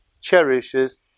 cherishes